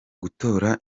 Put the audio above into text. gutora